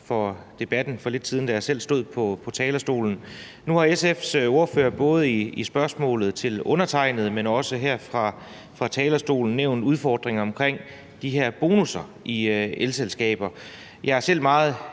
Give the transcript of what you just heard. for debatten for lidt siden, da jeg selv stod på talerstolen. Nu har SF's ordfører både i spørgsmålet til undertegnede, men også her fra talerstolen nævnt udfordringer omkring de her bonusser i elselskaber. Jeg er selv meget